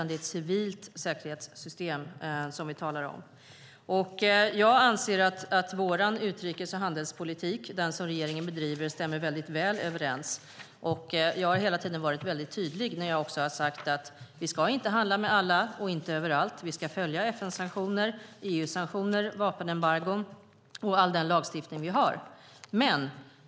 Det är ett civilt säkerhetssystem som vi talar om. Jag anser att den utrikes och handelspolitik som regeringen bedriver stämmer väldigt väl överens. Jag har hela tiden varit mycket tydlig när jag har sagt att vi inte ska handla med alla och överallt. Vi ska följa FN-sanktioner, EU-sanktioner, vapenembargon och all den lagstiftning vi har.